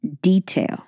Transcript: detail